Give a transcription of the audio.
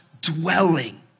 dwelling